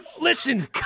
Listen